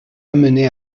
amenés